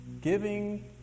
Giving